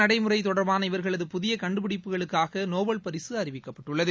நடைமுறை தொடர்பான இவர்களது புதிய கண்டுபிடிப்புகளுக்காக நோபல் பரிசு ஏல அறிவிக்கப்பட்டுள்ளது